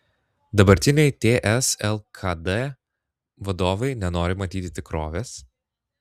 dabartiniai ts lkd vadovai nenori matyti tikrovės